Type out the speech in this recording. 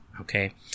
Okay